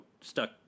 Stuck